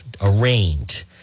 arraigned